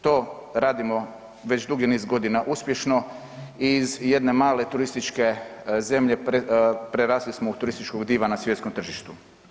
To radimo već dugi niz godina uspješno i iz jedne male turističke zemlje prerasli smo u turističkog diva na svjetskom tržištu.